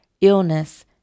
illness